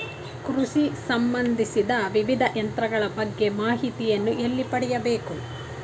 ಕೃಷಿ ಸಂಬಂದಿಸಿದ ವಿವಿಧ ಯಂತ್ರಗಳ ಬಗ್ಗೆ ಮಾಹಿತಿಯನ್ನು ಎಲ್ಲಿ ಪಡೆಯಬೇಕು?